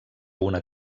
una